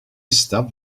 stop